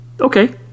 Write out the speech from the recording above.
Okay